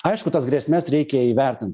aišku tas grėsmes reikia įvertint